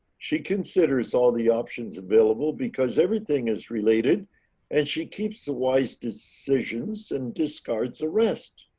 she considers all the options available because everything is related and she keeps the wise decisions and discards the rest,